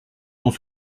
dans